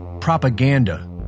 propaganda